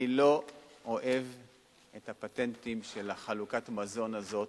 אני לא אוהב את הפטנטים של חלוקת המזון הזאת,